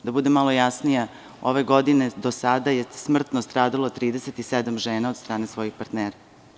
Da budem malo jasnija, ove godine do sada je smrtno stradalo 37 žena od strane svojih partnera.